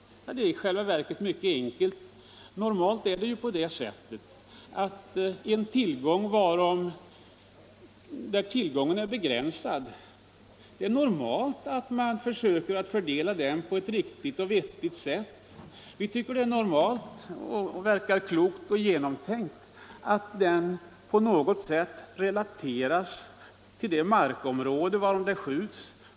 Förklaringen är i själva verket mycket enkel. Där tillgången är begränsad är det ju normalt att man försöker fördela den på ett vettigt sätt. Vi tycker att det verkar klokt och väl genomtänkt att älgtillgången på något sätt relateras till de markområden varpå det skjuts.